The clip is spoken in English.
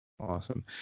Awesome